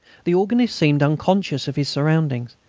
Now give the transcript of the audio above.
the organist seemed unconscious of his surroundings.